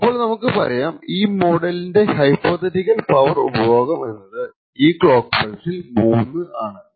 അപ്പോൾ നമുക്ക് പറയാം ഈ മോഡലിന്റെ ഹൈപോതെറ്റിക്കൽ പവർ ഇപഭോഗം എന്നത് ഈ ക്ലോക്ക് പൾസിൽ 3 ആണെന്ന്